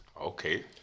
Okay